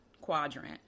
quadrant